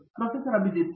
professor Abhijit P